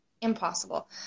Impossible